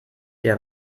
dir